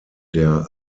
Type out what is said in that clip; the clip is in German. der